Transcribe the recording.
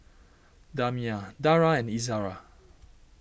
Damia Dara and Izzara